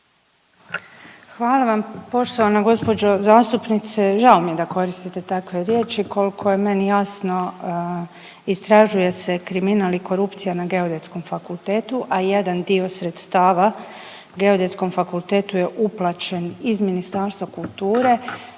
Hvala vam poštovana gospođo zastupnice. Žao mi je da koristite takve riječi, koliko je meni jasno istražuje se kriminal i korupcija na Geodetskom fakultetu, a jedan dio sredstava Geodetskom fakultetu je uplaćen iz Ministarstva kulture